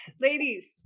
ladies